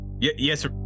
Yes